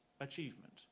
achievement